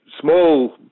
small